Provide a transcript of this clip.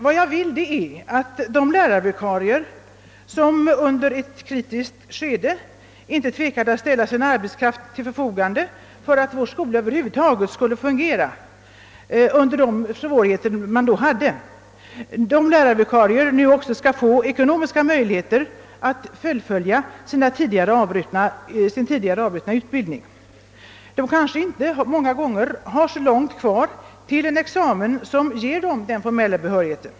Vad jag vill är, att de lärarvikarier, som under ett kritiskt skede inte tvekade att ställa sin arbetskraft till förfogande för att vår skola över huvud taget skulle kunna fungera under de svårigheter som då rådde, nu också skall erhålla ekonomiska möjligheter att fullfölja sin tidigare avbrutna utbildning. De kanske många gånger inte har så långt kvar till en examen som ger dem den formella behörigheten.